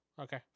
Okay